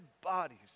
bodies